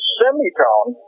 semitone